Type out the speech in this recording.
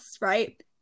right